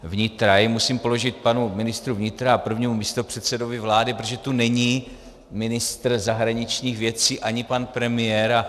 Já ji musím položit panu ministru vnitra a prvnímu místopředsedovi vlády, protože tu není ministr zahraničních věcí ani pan premiér.